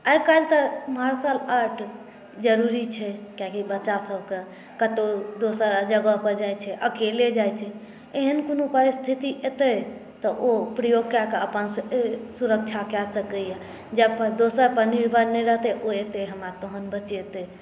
आइ काल्हि तऽ martial art जरूरी छै कियाकि बच्चासबके कतहु दोसर जगहपर जाइ छै अकेले जाइ छै एहन कोनो परिस्थिति एतै तऽ ओ प्रयोग कऽ कऽ अपन सुरक्षा कऽ सकैए जे अपन दोसरपर निर्भर नहि रहतै ओ एतै हमरा तहन बचेतै